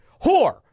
whore